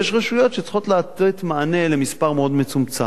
ויש רשויות שצריכות לתת מענה למספר מאוד מצומצם,